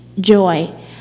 joy